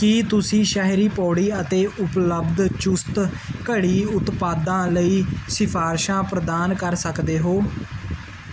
ਕੀ ਤੁਸੀਂ ਸ਼ਹਿਰੀ ਪੌੜੀ ਅਤੇ ਉਪਲਬਧ ਚੁਸਤ ਘੜੀ ਉਤਪਾਦਾਂ ਲਈ ਸਿਫਾਰਸ਼ਾਂ ਪ੍ਰਦਾਨ ਕਰ ਸਕਦੇ ਹੋ